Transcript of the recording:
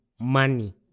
money